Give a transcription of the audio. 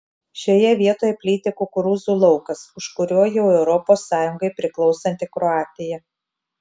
šioje vietoje plyti kukurūzų laukas už kurio jau europos sąjungai priklausanti kroatija